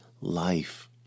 life